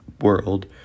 world